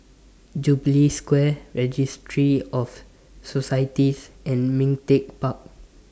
Jubilee Square Registry of Societies and Ming Teck Park